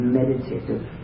meditative